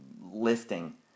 lifting